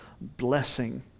blessing